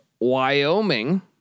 Wyoming